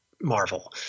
Marvel